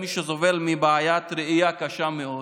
שסובל מבעיית ראייה קשה מאוד,